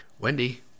Wendy